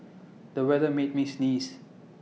the weather made me sneeze